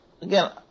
again